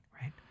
right